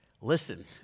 listen